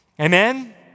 Amen